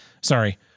Sorry